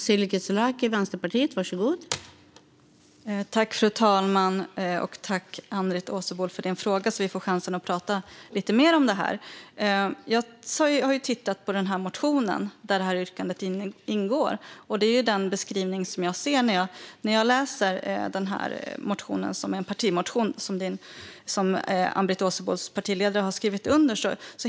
Fru talman! Tack, Ann-Britt Åsebol, för din fråga, så att vi får chansen att prata lite mer om detta! Jag har tittat på motionen där yrkandet ingår. Det är den beskrivning som jag ser när jag läser motionen. Det är en partimotion som Ann-Britt Åsebols partiledare har skrivit under.